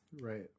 Right